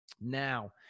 Now